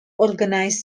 organized